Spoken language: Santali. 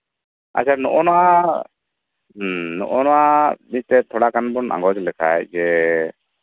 ᱟᱪᱪᱷᱟ ᱱᱚᱜ ᱚ ᱱᱚᱣᱟ ᱢᱤᱫᱴᱟᱝ ᱛᱷᱚᱲᱟ ᱜᱟᱱ ᱵᱚᱱ ᱟᱸᱜᱚᱡ ᱞᱮᱠᱷᱟᱡ ᱤᱱᱟᱹ ᱠᱷᱟᱱᱜᱮ